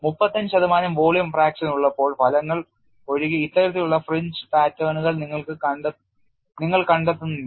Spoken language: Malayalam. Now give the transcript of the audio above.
35 ശതമാനം വോളിയം fraction ന് ഉള്ള ഫലങ്ങൾ ഒഴികെ ഇത്തരത്തിലുള്ള ഫ്രിഞ്ച് പാറ്റേണുകൾ നിങ്ങൾ കണ്ടെത്തുന്നില്ല